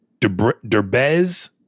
Derbez